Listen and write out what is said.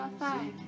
five